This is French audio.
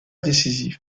décisif